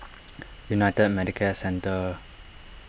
United Medicare Centre